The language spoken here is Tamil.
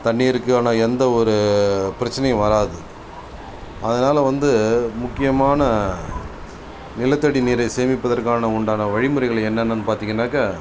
தண்ணீருக்கான எந்த ஒரு பிரச்சினையும் வராது அதனால் வந்து முக்கியமான நிலத்தடி நீரை சேமிப்பதற்கான உண்டான வழி முறைகள் என்னென்றுபார்த்தீங்கன்னாகா